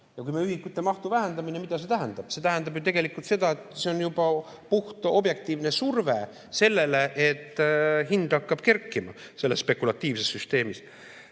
Kui meie ühikute mahtu vähendame, no mida see tähendab? See tähendab ju tegelikult seda, et see on puhtobjektiivne surve sellele, et hind hakkab kerkima selles spekulatiivses süsteemis.